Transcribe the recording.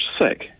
sick